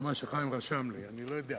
זה מה שחיים רשם לי, אני לא יודע.